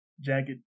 jagged